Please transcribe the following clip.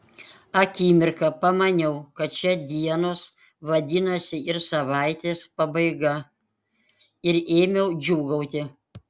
akimirką pamaniau kad čia dienos vadinasi ir savaitės pabaiga ir ėmiau džiūgauti